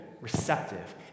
receptive